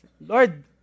Lord